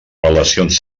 relacions